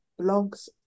blogs